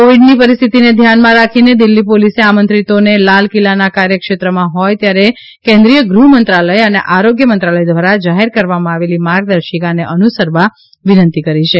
કોવિડની પરિસ્થિતિને ધ્યાનમાં રાખીને દિલ્હી પોલીસે આમંત્રિતોને લાલ કિલ્લાના કાર્યક્ષેત્રમાં હોય ત્યારે કેન્દ્રીય ગૃહમંત્રાલય અને આરોગ્ય મંત્રાલય દ્વારા જાહેર કરવામાં આવેલી માર્ગદર્શિકાને અનુસરવા વિનંતી કરી છે